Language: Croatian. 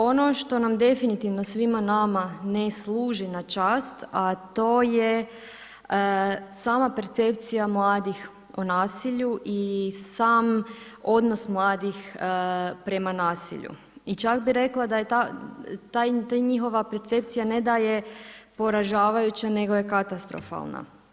Ono što nam definitivno svima nama ne služi na čast, a to je sama percepcija mladih o nasilju i sam odnos mladih prema nasilju i čak bih rekla da je ta njihova percepcija ne da je poražavajuća, nego je katastrofalna.